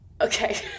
Okay